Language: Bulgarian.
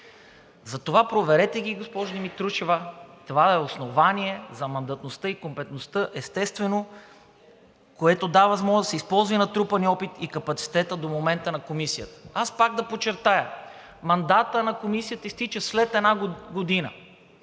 Затова ги проверете, госпожо Димитрушева. Това е основание за мандатността и компетентността, естествено, което дава възможност да се използват и натрупаният опит, и капацитетът до момента на Комисията. Пак да подчертая – мандатът на Комисията изтича след една година.